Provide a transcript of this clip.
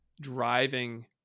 driving